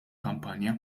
kampanja